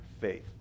faith